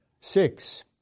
Six